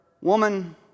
Woman